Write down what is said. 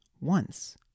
Once